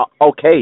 okay